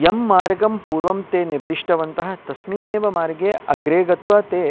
यं मार्गं पूर्वं ते निर्दिष्टवन्तः तस्मिन्नेव मार्गे अग्रे गत्वा ते